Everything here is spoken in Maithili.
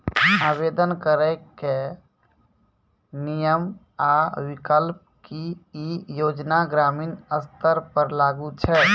आवेदन करैक नियम आ विकल्प? की ई योजना ग्रामीण स्तर पर लागू छै?